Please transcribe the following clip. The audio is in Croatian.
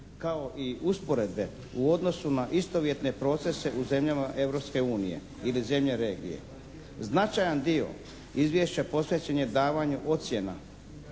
kao i usporedbe u odnosu na istovjetne procese u zemljama Europske unije ili zemlje regije. Značajan dio Izvješća posvećen je davanju ocjena